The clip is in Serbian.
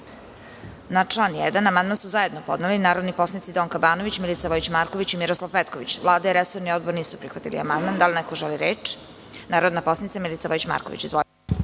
član 1. amandman su zajedno podneli narodni poslanici Donka Banović, Milica Vojić Marković i Miroslav Petković. Vlada i resorni odbor nisu prihvatili amandman. Da li neko želi reč? Reč ima narodna poslanica Milica Vojić Marković. Izvolite.